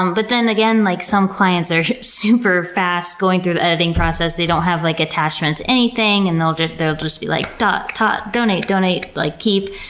um but then again, like some clients are super-fast going through the editing process, they don't have like attachment to anything, and they'll just they'll just be like, donate, donate, like keep.